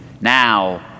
now